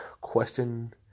Question